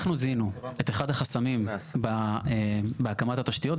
אנחנו זיהינו את אחד החסמים בהקמת התשתיות,